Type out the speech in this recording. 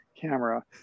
camera